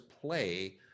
play